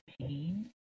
pain